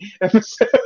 episode